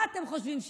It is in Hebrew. מה אתם חושבים שיקרה?